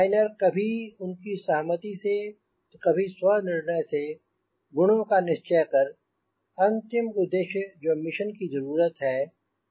designer कभी उनकी सहमति से तो कभी स्व निर्णय से गुणों का निश्चय कर अंतिम उद्देश्य जो है मिशन की जरूरत है प्राप्त करता है